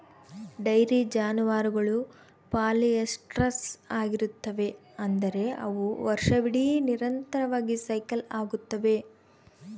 dairy ಜಾನುವಾರುಗಳು polyestrous ಆಗಿರುತ್ತವೆ, ಅಂದರೆ ಅವು ವರ್ಷವಿಡೀ ನಿರಂತರವಾಗಿ ಸೈಕಲ್ ಆಗುತ್ತವೆ